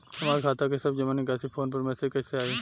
हमार खाता के सब जमा निकासी फोन पर मैसेज कैसे आई?